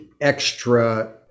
extra